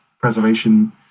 preservation